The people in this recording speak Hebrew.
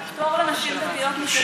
על פטור לנשים דתיות משירות צבאי,